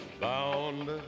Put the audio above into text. Bound